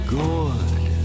good